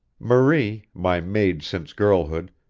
marie, my maid since girlhood,